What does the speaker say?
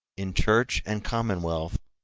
in church and commonwealth,